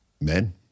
Men